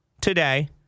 today